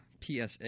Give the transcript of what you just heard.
PSA